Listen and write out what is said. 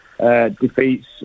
defeats